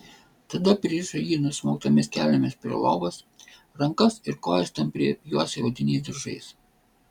tada pririšo jį nusmauktomis kelnėmis prie lovos rankas ir kojas tampriai apjuosę odiniais diržais